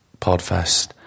Podfest